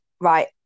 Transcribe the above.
right